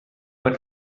when